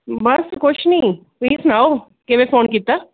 ਬਸ ਕੁਛ ਨਹੀਂ ਤੁਸੀਂ ਸੁਣਾਓ ਕਿਵੇਂ ਫੋਨ ਕੀਤਾ